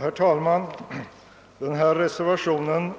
Herr talman! I reservationen